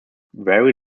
very